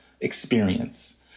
experience